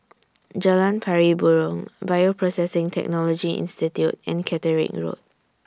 Jalan Pari Burong Bioprocessing Technology Institute and Catterick Road